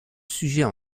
sujets